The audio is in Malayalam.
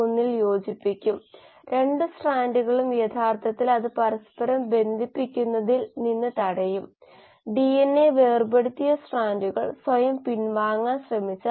ഇതാണ് രീതി ഒരിക്കൽ നിങ്ങൾ അത് ഉപയോഗിച്ചുകഴിഞ്ഞാൽ അത് ലളിതമാണ് പക്ഷേ നിങ്ങൾ അൽപം ശ്രദ്ധിക്കേണ്ടതുണ്ട് എന്റെ മനസ്സിലുള്ള സിസ്റ്റങ്ങൾ സ്വിച്ച് ചെയ്തുകൊണ്ട് ഞാൻ അശ്രദ്ധമായി വരുത്തിയതുപോലുള്ള പിശകുകൾ നിങ്ങൾ ചെയ്യാൻ പാടില്ല അല്പം ശ്രദ്ധിക്കുക